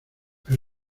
pero